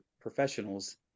professionals